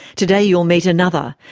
today you'll meet another,